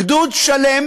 גדוד שלם